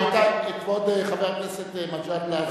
כבוד חבר הכנסת מג'אדלה,